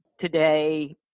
today